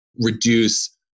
reduce